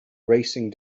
racing